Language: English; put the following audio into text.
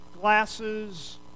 glasses